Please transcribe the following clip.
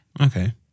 Okay